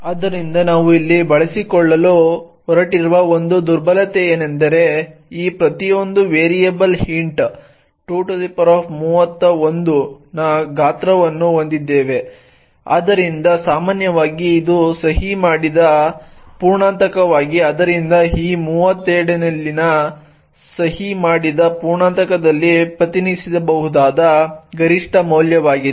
ಆದ್ದರಿಂದ ನಾವು ಇಲ್ಲಿ ಬಳಸಿಕೊಳ್ಳಲು ಹೊರಟಿರುವ ಒಂದು ದುರ್ಬಲತೆಯೆಂದರೆ ಈ ಪ್ರತಿಯೊಂದು ವೇರಿಯೇಬಲ್ ಇಂಟ್ 231 ನ ಗಾತ್ರವನ್ನು ಹೊಂದಿದೆ ಆದ್ದರಿಂದ ಸಾಮಾನ್ಯವಾಗಿ ಇದು ಸಹಿ ಮಾಡಿದ ಪೂರ್ಣಾಂಕವಾಗಿದೆ ಆದ್ದರಿಂದ ಈ 32 ನಲ್ಲಿ ಸಹಿ ಮಾಡಿದ ಪೂರ್ಣಾಂಕದಲ್ಲಿ ಪ್ರತಿನಿಧಿಸಬಹುದಾದ ಗರಿಷ್ಠ ಮೌಲ್ಯವಾಗಿದೆ